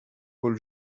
paul